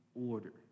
order